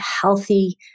healthy